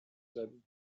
زدی